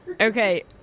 Okay